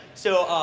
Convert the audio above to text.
so,